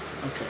Okay